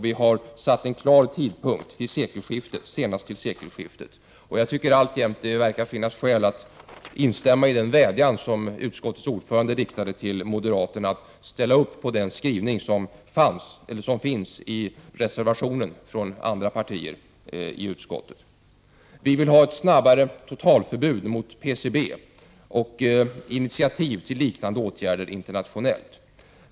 Vi har satt en klar tidpunkt — övergången skall ske senast vid sekelskiftet. Jag tycker alltjämt att det verkar finnas skäl att instämma i den vädjan utskottets ordförande riktade till moderaterna att ställa upp på den skrivning som finns i reservationen från andra partier i utskottet. Vi vill ha ett totalförbud mot PCB snabbt och initiativ till liknande åtgärder internationellt.